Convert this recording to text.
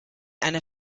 eine